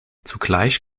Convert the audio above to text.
zugleich